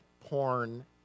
porn